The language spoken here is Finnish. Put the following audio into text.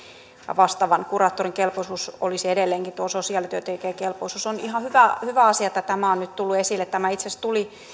vastaavan kuraattorin kelpoisuus olisi edelleenkin tuo sosiaalityöntekijän kelpoisuus on ihan hyvä hyvä asia että tämä on nyt tullut esille tämä itse asiassa tuli